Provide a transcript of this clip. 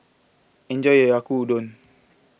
enjoy your Yaki Udon